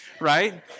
right